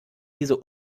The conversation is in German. diese